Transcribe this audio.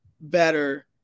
better